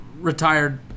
Retired